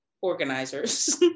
organizers